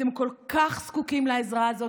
אתם כל כך זקוקים לעזרה הזאת,